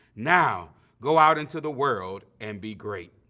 now go out into the world and be great.